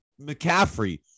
McCaffrey